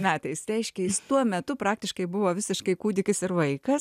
metais reiškia jis tuo metu praktiškai buvo visiškai kūdikis ir vaikas